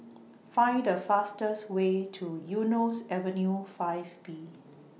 Find The fastest Way to Eunos Avenue five B